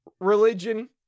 religion